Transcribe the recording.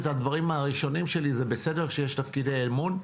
את הדברים הראשונים שלי זה בסדר שיש תפקידי אמון,